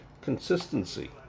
consistency